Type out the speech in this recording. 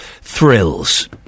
thrills